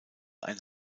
ein